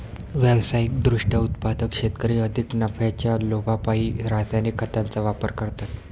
व्यावसायिक दृष्ट्या उत्पादक शेतकरी अधिक नफ्याच्या लोभापायी रासायनिक खतांचा वापर करतात